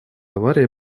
авария